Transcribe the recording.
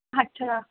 ਅੱਛਾ